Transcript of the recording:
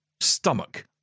stomach